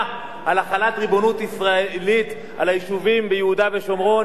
על החלת ריבונות ישראלית על היישובים ביהודה ושומרון,